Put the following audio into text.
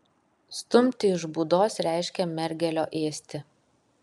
stumti iš būdos reiškė mergelio ėsti